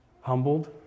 humbled